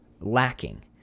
lacking